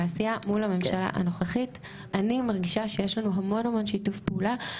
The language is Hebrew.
בעשייה מול הממשלה הנוכחית אני מרגישה שיש לנו המון המון שיתוף פעולה,